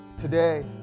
today